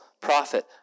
prophet